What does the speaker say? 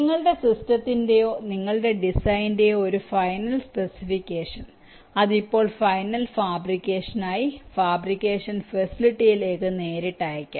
നിങ്ങളുടെ സിസ്റ്റത്തിന്റെയോ നിങ്ങളുടെ ഡിസൈനിന്റെയോ ഒരു ഫൈനൽ സ്പെസിഫിക്കേഷൻ അത് ഇപ്പോൾ ഫൈനൽ ഫാബ്രിക്കേഷനായി ഫാബ്രിക്കേഷൻ ഫെസിലിറ്റിയിലേക്ക് നേരിട്ട് അയയ്ക്കാം